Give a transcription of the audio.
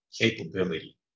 capability